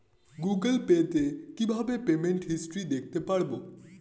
Google pay তে কিভাবে payment history দেখতে পারবো?